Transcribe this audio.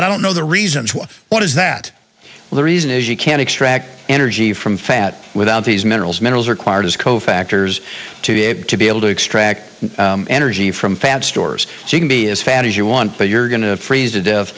but i don't know the reasons why what is that the reason is you can't extract energy from fat without these minerals minerals required as co factors to be able to be able to extract energy from fat stores so you can be as fat as you want but you're going to freeze to death